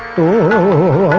ou